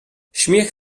śmiech